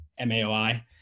MAOI